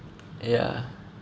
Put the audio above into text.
ya